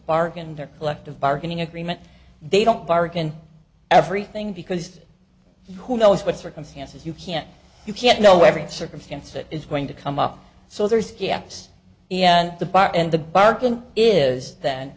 bargained their collective bargaining agreement they don't bargain everything because who knows what circumstances you can't you can't know every circumstance that is going to come up so there's yes and the bar and the barking is that